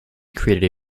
created